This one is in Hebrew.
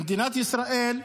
במדינת ישראל,